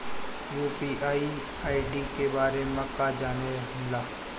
UPI ID के बारे में का जाने ल?